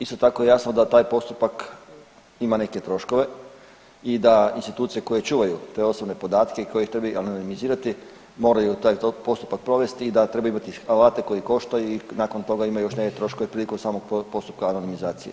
Isto tako je jasno da taj postupak ima neke troškove i da institucije koje čuvaju te osobne podatke i koje ih trebaju analizirati moraju taj postupak provesti i da trebaju imati alate koji koštaju i nakon toga imaju još neke troškove prilikom samog postupka anonimizacije.